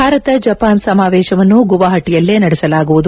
Bharat Japan ಸಮಾವೇಶವನ್ನು ಗುವಾಹಟಿಯಲ್ಲೇ ನಡೆಸಲಾಗುವುದು